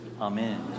Amen